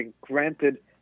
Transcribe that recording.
granted